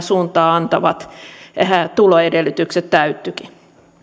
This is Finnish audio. suuntaa antavat tuloedellytykset täyttyivätkin